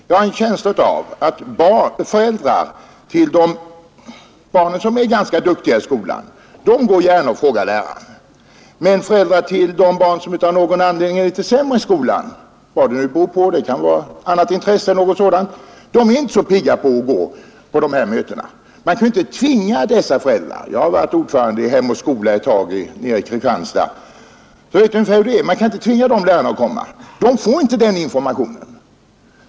Jag har en känsla av att föräldrar till barn som är ganska duktiga i skolan gärna går och frågar läraren, medan föräldrar till barn som av nagon anledning är lite sämre i skolan — vad det nu beror på, det kan vara andra intressen av något slag — inte är lika pigga på att gå till dessa möten. Man kan inte tvinga dessa föräldrar - jag har en tid varit vice ordförande i "Hem och Skola” i Kristianstad. sa jag vet hur det är Dessa föräldrar får därför inte denna informationen.